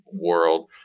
world